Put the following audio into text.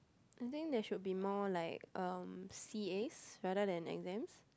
I think there should be more like um C_As rather than exams